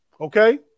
Okay